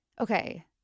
okay